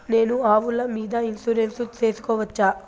నేను ఆవుల మీద ఇన్సూరెన్సు సేసుకోవచ్చా?